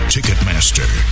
Ticketmaster